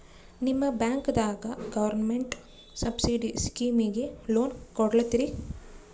ನಿಮ ಬ್ಯಾಂಕದಾಗ government subsidy ಸ್ಕೀಮಿಗಿ ಲೊನ ಕೊಡ್ಲತ್ತೀರಿ?